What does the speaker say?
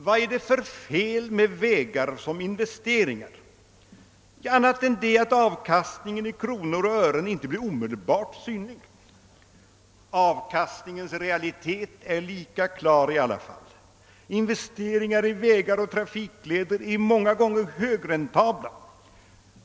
Vad är det för fel med vägar som investeringar? Inte annat än det att avkastningen i kronor och ören inte blir omedelbart synlig. Avkastningens realitet är lika klar i alla fall. Investeringar i vägar och trafikleder är många gånger högräntabla.